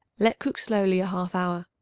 let cook slowly a half hour.